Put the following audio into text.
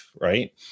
right